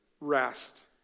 rest